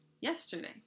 yesterday